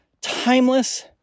timeless